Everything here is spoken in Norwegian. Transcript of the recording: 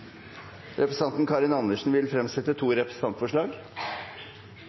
Representanten Karin Andersen vil fremsette to representantforslag.